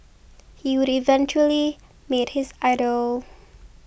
he would eventually meet his idol